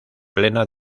plena